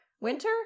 Winter